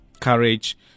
courage